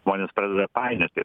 žmonės pradeda painioti